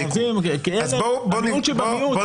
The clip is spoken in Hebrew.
אלה המיעוט שבמיעוט.